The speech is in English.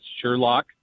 Sherlock